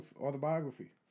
autobiography